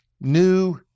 new